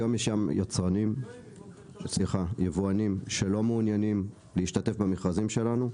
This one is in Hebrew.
היום יש יבואנים שלא מעוניינים להשתתף במכרזים שלנו,